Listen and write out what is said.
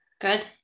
Good